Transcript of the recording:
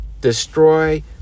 destroy